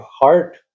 heart